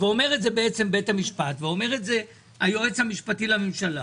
ואומר את זה בית המשפט וגם היועץ המשפטי לממשלה